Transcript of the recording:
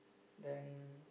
then